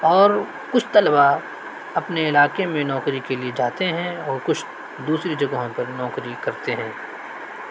اور کچھ طلباء اپنے علاقے میں نوکری کے لیے جاتے ہیں اور کچھ دوسری جگہوں پر نوکری کرتے ہیں